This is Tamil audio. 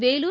வேலூர்